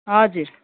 हजुर